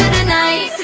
tonight